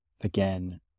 again